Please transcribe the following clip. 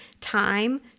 time